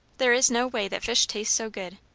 there is no way that fish taste so good.